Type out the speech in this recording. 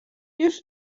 już